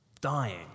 dying